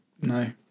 no